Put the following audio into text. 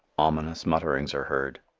ominous mutterings are heard.